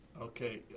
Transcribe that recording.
Okay